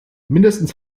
mindestens